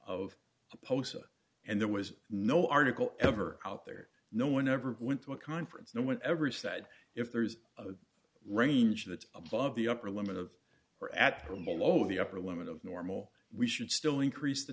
of posa and there was no article ever out there no one ever went to a conference no one ever said if there's a range that's above the upper limit of or at from below the upper limit of normal we should still increase the